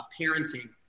parenting